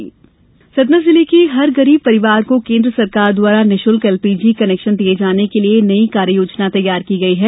LPG Satna जिले के हर गरीब परिवार को केंद्र सरकार द्वारा निशुल्क एलपीजी कनेक्शन दिए जाने के लिए नई कार्य योजना तैयार की गई है